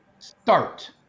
start